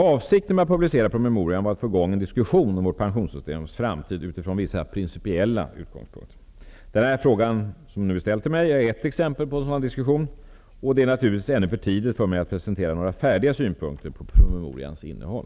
Avsikten med att publicera promemorian var att få i gång en diskussion om vårt pensionssystems framtid utifrån vissa principiella utgångspunkter. Den här frågan som är ställd till mig är ett exempel på en sådan diskussion. Det är naturligtvis ännu för tidigt för mig att presentera några färdiga synpunkter på promemorians innehåll.